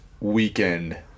weekend